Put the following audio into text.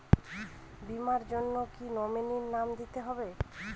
বীমার জন্য কি নমিনীর নাম দিতেই হবে?